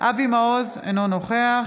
אבי מעוז, אינו נוכח